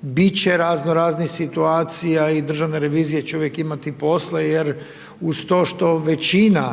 biti će razno raznih situacija i Državna revizija će uvijek imati posla jer uz to što većina